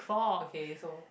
okay so